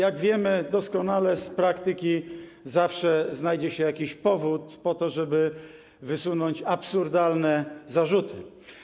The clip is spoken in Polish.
Jak wiemy doskonale z praktyki, zawsze znajdzie się jakiś powód do tego, żeby wysunąć absurdalne zarzuty.